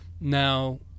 Now